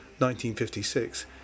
1956